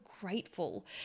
grateful